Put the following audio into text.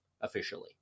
officially